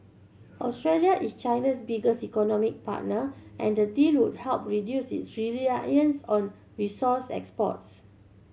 Australia is China's biggest economic partner and the deal would help reduce its reliance on resource exports